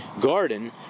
garden